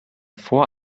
vor